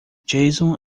jason